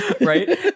right